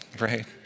right